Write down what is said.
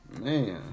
Man